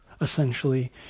essentially